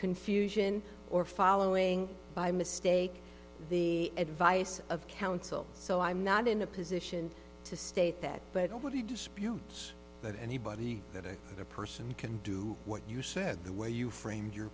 confusion or following by mistake the advice of counsel so i'm not in a position to state that but nobody disputes that anybody that a person can do what you said the way you framed your